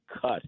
cut